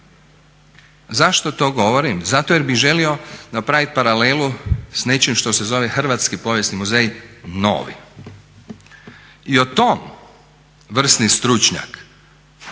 Zašto to govorim? Zato jer bih želio napraviti paralelu s nečim što se zove hrvatski povijesni model novi. I o tom, vrsni stručnjak,